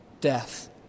death